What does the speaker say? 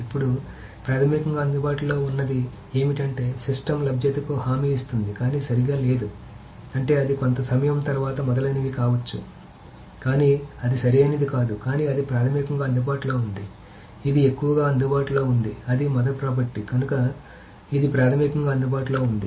ఇప్పుడు ప్రాథమికంగా అందుబాటులో ఉన్నది ఏమిటంటే సిస్టమ్ లభ్యతకు హామీ ఇస్తుంది కానీ సరిగ్గా లేదు అంటే అది కొంత సమయం తరువాత మొదలైనవి కావచ్చు మొదలైనవి కానీ అది సరైనది కాదు కానీ అది ప్రాథమికంగా అందుబాటులో ఉంది ఇది ఎక్కువగా అందుబాటులో ఉంది అది మొదటి ప్రాపర్టీ కనుక ఇది ప్రాథమికంగా అందుబాటులో ఉంది